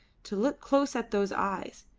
to look close at those eyes,